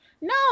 No